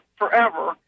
forever